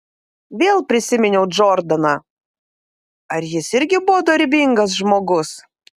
vėl prisiminiau džordaną ar jis irgi buvo dorybingas žmogus